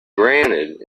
granted